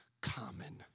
common